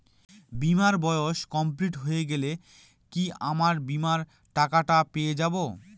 বীমার বয়স কমপ্লিট হয়ে গেলে কি আমার বীমার টাকা টা পেয়ে যাবো?